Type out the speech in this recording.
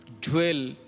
Dwell